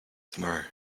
tomorrow